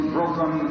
Broken